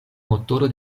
motoro